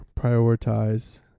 prioritize